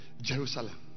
Jerusalem